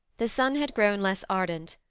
the sun had grown less ardent,